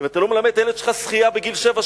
אם אתה לא מלמד את הילד שלך שחייה בגיל שבע,